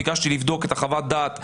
ביקשתי לבדוק את חוות הדעת,